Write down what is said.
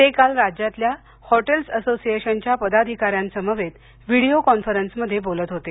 ते काल राज्यातल्या हॉटेल्स असोसिएशनच्या पदाधिका यांसमवेत व्हिडिओ कॉन्फरन्समध्ये बोलत होते